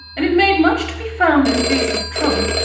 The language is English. and it made much to be founde in case of trouble,